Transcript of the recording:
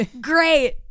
great